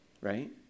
right